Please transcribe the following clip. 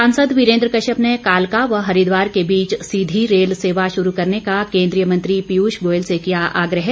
सांसद वीरेंद्र कश्यप ने कालका व हरिद्वार के बीच सीधी रेल सेवा शुरू करने का केंद्रीय मंत्री पीयूष गोयल से किया आग्रह